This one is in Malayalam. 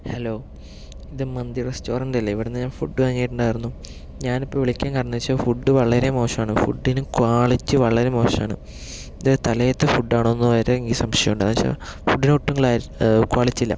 ഹലോ ഇത് മന്തി റെസ്റ്റോറന്റ് അല്ലെ ഇവിടുന്ന് ഞാൻ ഫുഡ് വാങ്ങിയിട്ടുണ്ടായിരുന്നു ഞാൻ ഇപ്പോൾ വിളിക്കാൻ കാരണം എന്ന് വെച്ചാൽ ഫുഡ് വളരെ മോശമാണ് ഫുഡ് ഫുഡിന് ക്വാളിറ്റി വളരെ മോശമാണ് ഇത് തലേന്നത്തെ ഫുഡ് ആണോ എന്ന് സംശയമുണ്ട് ഫുഡിന് ഒട്ടും ക്വാളിറ്റി ഇല്ല